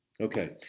okay